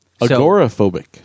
agoraphobic